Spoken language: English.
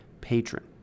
patron